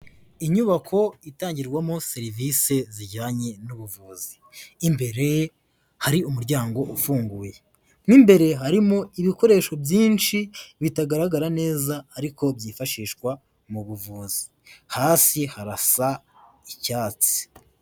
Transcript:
Inyubako itangirwamo serivise zijyanye n'ubuvuzi, imbere hari umuryango ufunguye, mo imbere harimo ibikoresho byinshi bitagaragara neza ariko byifashishwa mu buvuzi, hasi harasa icyatsi.